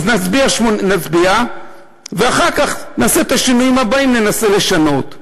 אז נצביע ואחר כך נעשה את השינויים הבאים וננסה לשנות.